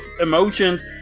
emotions